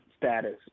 status